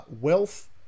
wealth